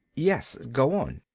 yes. go on.